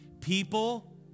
People